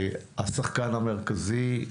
השחקן המרכזי,